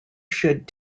should